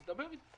אז תדבר איתי.